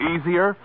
Easier